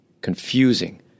confusing